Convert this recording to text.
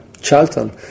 Charlton